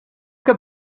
can